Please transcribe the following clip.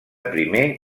primer